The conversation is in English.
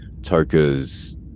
tarka's